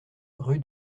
rue